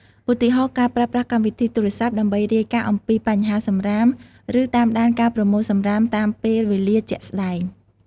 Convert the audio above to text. ឧទាហរណ៍ ការប្រើប្រាស់កម្មវិធីទូរស័ព្ទដើម្បីរាយការណ៍អំពីបញ្ហាសំរាម ឬតាមដានការប្រមូលសំរាមតាមពេលវេលាជាក់ស្តែង។